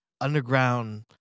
underground